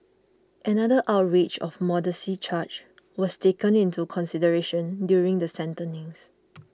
another outrage of modesty charge was taken into consideration during sentencings